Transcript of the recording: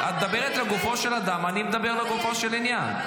את מדברת לגופו של אדם, ואני מדבר לגופו של עניין.